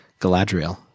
Galadriel